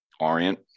orient